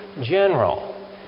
general